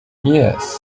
yes